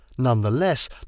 Nonetheless